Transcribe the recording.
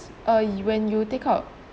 uh when you take out